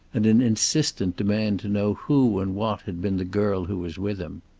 and an insistent demand to know who and what had been the girl who was with him.